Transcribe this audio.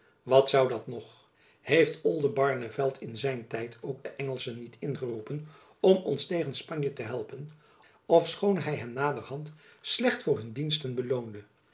wat zoû dat nog heeft oldenbarneveldt in zijn tijd ook de engelschen niet ingeroepen om ons tegen spanje te helpen ofschoon hy hen naderhand slecht voor hun diensten beloonde